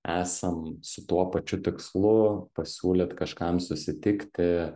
esam su tuo pačiu tikslu pasiūlyt kažkam susitikti